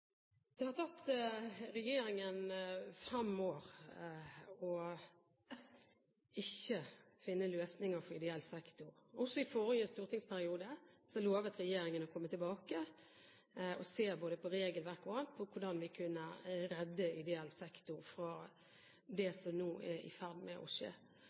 Det har tatt regjeringen fem år å ikke finne løsninger for ideell sektor. Også i forrige stortingsperiode lovet regjeringen å komme tilbake og se på både regelverk og annet, på hvordan vi kunne redde ideell sektor fra det som nå er i ferd med å skje.